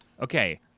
okay